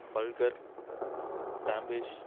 பல்கர் தாம்பேஷ்